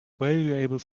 valuable